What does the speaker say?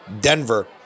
Denver